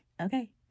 Okay